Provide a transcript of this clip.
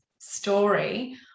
story